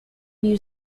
new